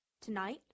Tonight